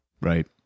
Right